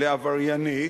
לעבריינית,